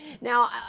Now